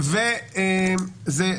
אתה רואה?